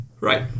Right